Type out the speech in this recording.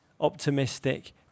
optimistic